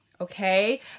Okay